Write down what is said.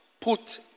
put